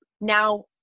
now